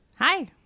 Hi